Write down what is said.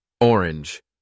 Orange